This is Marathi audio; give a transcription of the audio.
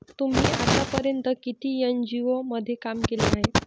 तुम्ही आतापर्यंत किती एन.जी.ओ मध्ये काम केले आहे?